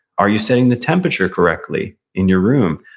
are you setting the temperature correctly in your room?